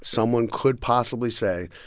someone could possibly say,